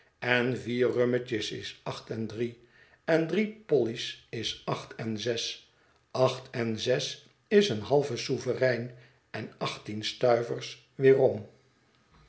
en vier rummetjes is acht en drie en drie polly's is acht en zes acht en zes is een halve souverein en achttien stuivers weerom